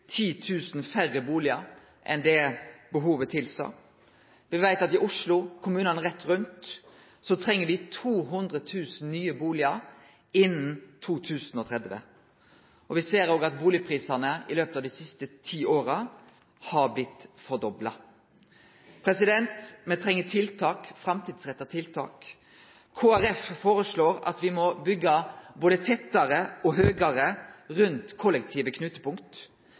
færre bustader enn det behovet tilsa. Me veit at i Oslo og i kommunane rett rundt treng me 200 000 nye bustader innan 2030. Me ser òg at prisane på bustader har blitt fordobla i løpet av dei siste ti åra. Me treng framtidsretta tiltak. Kristeleg Folkeparti foreslår at me må byggje både tettare og høgare rundt kollektive knutepunkt.